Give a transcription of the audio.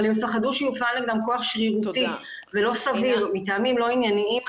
אבל הם יפחדו שיופעל נגדם כוח שרירותי ולא סביר מטעמים לא ענייניים,